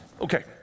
Okay